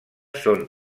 són